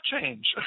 change